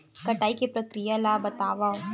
कटाई के प्रक्रिया ला बतावव?